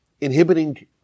inhibiting